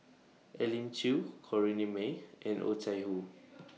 Elim Chew Corrinne May and Oh Chai Hoo